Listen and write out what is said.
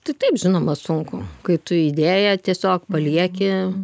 tai taip žinoma sunku kai tu idėją tiesiog palieki